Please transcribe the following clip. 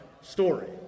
story